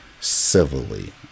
civilly